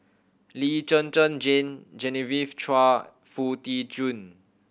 Lee Zhen Zhen Jane Genevieve Chua Foo Tee Jun